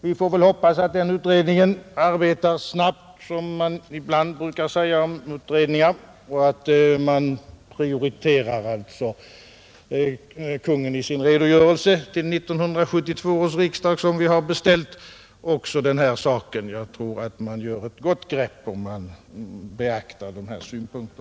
Vi får nu hoppas att utredningen arbetar snabbt — den förhoppningen brukar man ju uttrycka när det gäller utredningar — och att Kungl. Maj:t i den redogörelse till 1972 års riksdag som vi har beställt också prioriterar denna fråga. Jag tror att det är ett gott grepp att beakta dessa synpunkter.